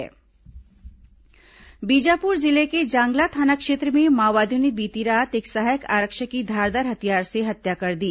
माओवादी हत्या बीजापुर जिले के जांगला थाना क्षेत्र में माओवादियों ने बीती रात एक सहायक आरक्षक की धारदार हथियार से हत्या कर दी